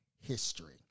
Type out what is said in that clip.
history